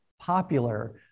popular